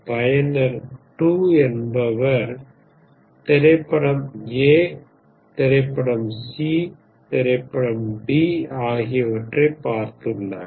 பயனர் 2 என்பவர் திரைப்படம் A திரைப்படம் C திரைப்படம் D ஆகியவற்றைப் பார்த்துள்ளார்